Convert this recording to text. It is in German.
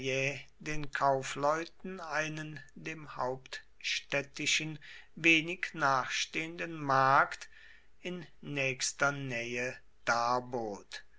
den kaufleuten einen dem hauptstädtischen wenig nachstehenden markt in nächster nähe darbot